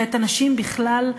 ואת הנשים בכלל,